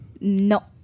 no